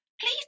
please